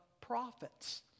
prophets